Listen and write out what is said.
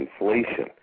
inflation